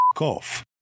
off